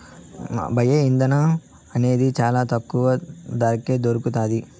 bio ఇంధనం అనేది చానా తక్కువ ధరకే దొరుకుతాది